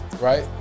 right